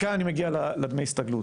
מכאן אני מגיע לדמי ההסתגלות.